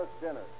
dinner